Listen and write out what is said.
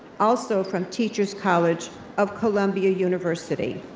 also from teacher's college of columbia university.